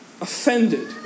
offended